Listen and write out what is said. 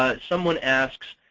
ah someone asks,